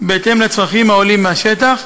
בהתאם לצרכים העולים מהשטח.